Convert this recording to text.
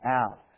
out